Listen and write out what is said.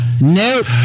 Nope